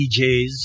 DJs